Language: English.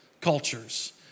cultures